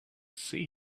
see